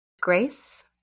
Grace